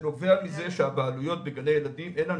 נובע מזה שאין לנו